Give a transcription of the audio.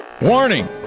Warning